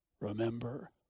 Remember